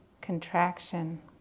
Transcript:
contraction